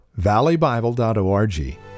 valleybible.org